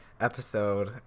episode